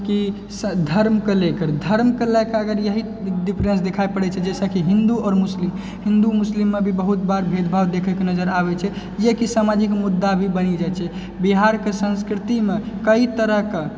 कि धर्मके लेकर धर्मके लए कऽ भी वही डिफरेन्स देखाइ पड़ै छै जैसे कि हिन्दू आओर मुस्लिम हिन्भीदू मुस्लिममे भी बहुत बार भेदभाव देखैके नजरि आबै छै जे कि सामाजिक मुद्दा भी बनि जाइ छै बिहारके संस्कृतिमे कइ तरहके